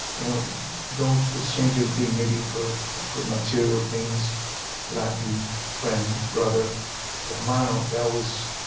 you know don't exchange your dignity for for material things latin friend brother had a model that was